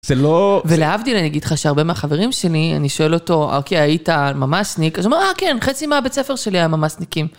ולאבדילה, אני אגיד לך שהרבה מהחברים שלי, אני שואל אותו, אוקיי, היית ממש ניק? אז הוא אומר, אה, כן, חצי מהבית הספר שלי היה ממש ניקים.